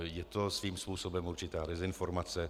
Je to svým způsobem určitá dezinformace.